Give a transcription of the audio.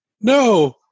No